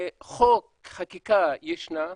חקיקה ישנה,